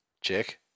Check